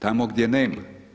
Tamo gdje nema.